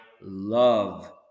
love